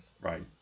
Right